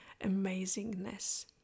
amazingness